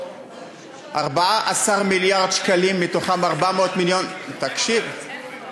14 מיליארד שקלים, מהם 400 מיליון, איפה?